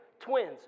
twins